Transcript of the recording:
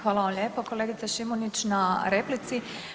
Hvala vam lijepo kolegice Šimunić na replici.